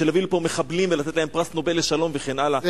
של להביא לפה מחבלים ולתת להם פרס נובל לשלום וכן הלאה,